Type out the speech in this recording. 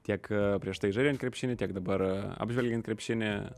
tiek prieš tai žaidžiant krepšinį tiek dabar apžvelgiant krepšinį